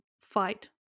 fight